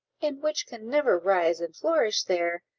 and which can never rise and flourish there,